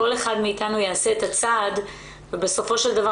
כל אחד מאתנו יעשה את הצעד ובסופו של דבר